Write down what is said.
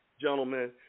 gentlemen